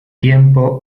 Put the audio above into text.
tiempo